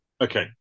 Okay